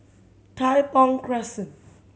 Tai Thong Crescent